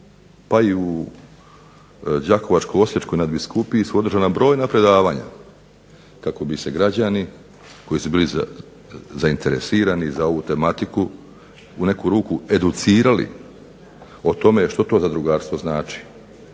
pa i u Đakovačko-osječkoj nadbiskupiji su održana brojna predavanja kako bi se građani koji su bili zainteresirani za ovu tematiku u neku ruku educirali o tome što to zadrugarstvo znači